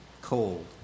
cold